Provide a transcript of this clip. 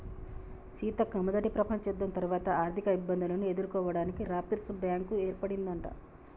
సీతక్క మొదట ప్రపంచ యుద్ధం తర్వాత ఆర్థిక ఇబ్బందులను ఎదుర్కోవడానికి రాపిర్స్ బ్యాంకు ఏర్పడిందట